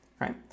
right